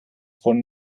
von